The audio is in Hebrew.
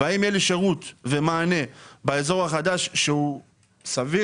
והאם יהיה לי שירות ומענה באזור החדש שהוא סביר?